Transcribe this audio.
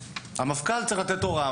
המפכ"ל צריך לתת הוראה,